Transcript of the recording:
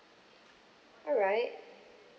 alright